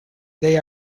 they